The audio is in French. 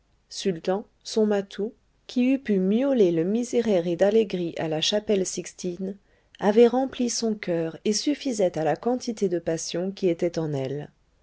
sultan son matou qui eût pu miauler le miserere d'allegri à la chapelle sixtine avait rempli son coeur et suffisait à la quantité de passion qui était en elle